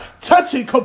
Touching